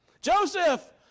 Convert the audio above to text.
Joseph